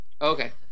Okay